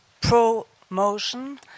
pro-motion